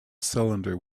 cylinder